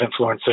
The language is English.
influencers